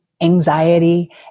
anxiety